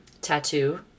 tattoo